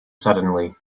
suddenly